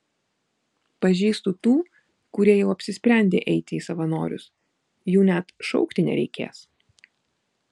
pažįstu tų kurie jau apsisprendę eiti į savanorius jų net šaukti nereikės